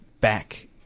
back